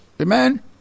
Amen